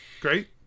Great